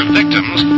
victims